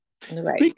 Speaking